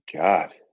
God